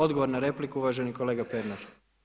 Odgovor na repliku uvaženi kolega Pernar.